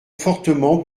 fortement